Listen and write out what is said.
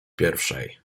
pierwszej